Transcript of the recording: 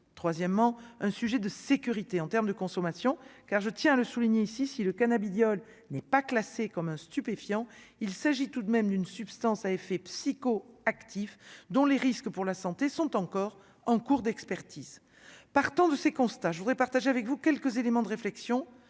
troisièmement, un sujet de sécurité en termes de consommation car je tiens à le souligner ici, si le cannabidiol n'est pas classé comme un stupéfiant, il s'agit tout de même une substance à effet psycho actifs dont les risques pour la santé sont encore en cours d'expertise partant de ces constats, je voudrais partager avec vous quelques éléments de réflexion